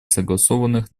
согласованных